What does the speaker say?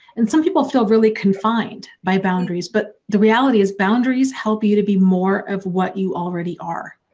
and some people feel really confined by boundaries, but the reality is boundaries help you to be more of what you already are.